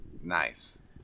Nice